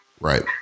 Right